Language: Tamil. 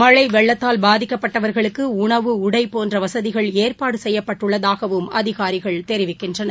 மழைவெள்ளத்தால் பாதிக்கப்பட்டவர்களுக்குஉணவு உடைபோன்றவசதிகள் ஏற்பாடுசெய்யப்பட்டுள்ளதாகவும் அவர் தெரிவித்தார்